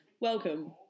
welcome